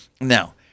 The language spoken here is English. Now